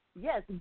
yes